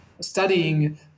studying